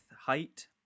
height